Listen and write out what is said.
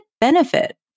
benefit